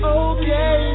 okay